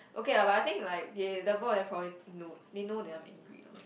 okay lah but I think like they probably know they know I'm angry lah